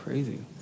Crazy